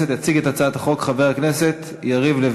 הצעת החוק התקבלה בקריאה ראשונה כנוסח הוועדה,